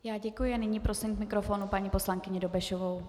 Já děkuji a nyní prosím k mikrofonu paní poslankyni Dobešovou.